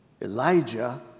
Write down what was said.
Elijah